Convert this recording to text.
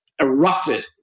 erupted